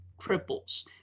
triples